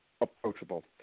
approachable